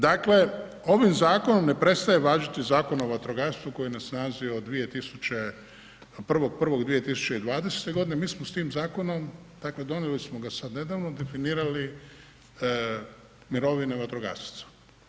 Dakle, ovim zakonom ne prestaje važiti Zakon o vatrogastvu koje je snazi od 1.1.2020., mi smo s tim zakonom, dakle donijeli smo ga sad nedavno, definirali mirovine vatrogasaca.